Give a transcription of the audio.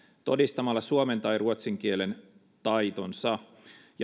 todistamalla suomen tai ruotsin kielen taitonsa